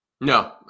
no